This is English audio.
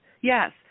Yes